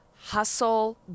hustle